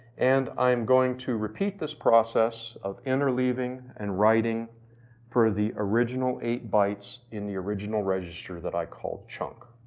and i'm going to repeat this process of interleaving and writing for the original eight bytes in the original registry that i call chunk.